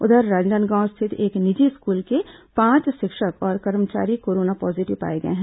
उधर राजनांदगांव स्थित एक निजी स्कूल के पांच शिक्षक और कर्मचारी कोरोना पॉजीटिव पाए गए हैं